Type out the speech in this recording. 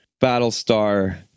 Battlestar